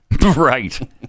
Right